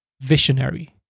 visionary